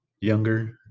younger